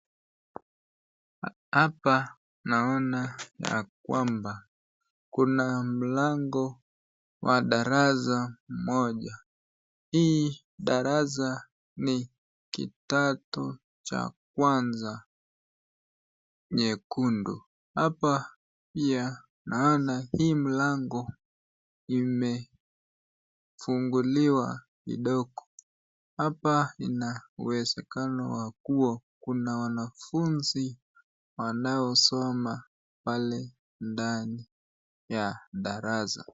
Hapa naona ya kwamba kuna mlango wa darasa moja. Hii darasa ni kidato cha kwanza nyekundu. Hapa pia naona hii mlango imefunguliwa kidogo. Hapa uwezekano wa kuwa kuna wanafunzi wanaosoma pale ndani ya darasa.